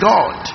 God